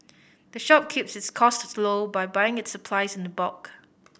the shop keeps its cost low by buying its supplies in the bulk